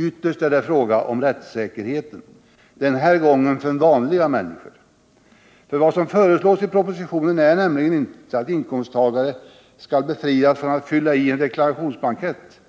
Ytterst är det fråga om rättssäkerheten — den här gången för vanliga människor. Vad som föreslås i propositionen är nämligen inte att inkomsttagare skall befrias från att fylla i en deklarationsblankett,